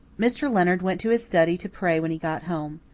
mr. leonard went to his study to pray when he got home.